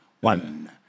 One